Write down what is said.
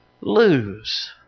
lose